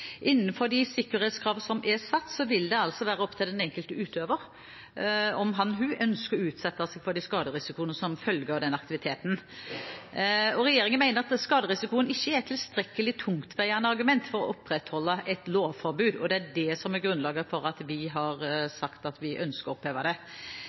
Innenfor de sikkerhetskrav som er satt, vil det være opp til den enkelte utøver om han eller hun ønsker å utsette seg for den skaderiskoen som følger av den aktiviteten. Regjeringen mener at skaderisikoen ikke er tilstrekkelig tungtveiende argument for å opprettholde et lovforbud, og det er det som er grunnlaget for at vi har sagt at vi ønsker å oppheve det.